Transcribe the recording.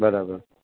બરાબર